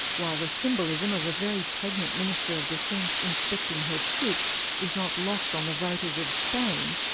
while the symbolism of a very pregnant minister of defence inspecting her troops is not lost on the voters of spain,